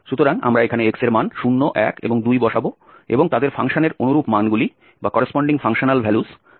সুতরাং আমরা এখানে x এর মান 0 1 এবং 2 বসাবো এবং তাদের ফাংশনের অনুরূপ মানগুলি অর্থাৎ 1 2 এবং 1 বসাবো